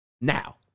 Now